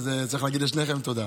אז צריך להגיד לשניכם תודה.